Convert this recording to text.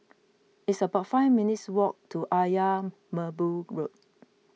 it's about five minutes' walk to Ayer Merbau Road